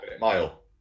mile